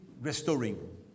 restoring